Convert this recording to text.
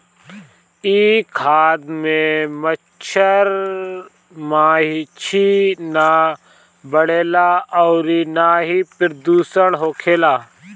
इ खाद में मच्छर माछी ना बढ़ेला अउरी ना ही प्रदुषण होखेला